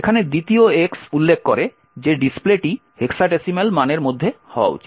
এখানে দ্বিতীয় x উল্লেখ করে যে ডিসপ্লেটি হেক্সাডেসিম্যাল মানের মধ্যে হওয়া উচিত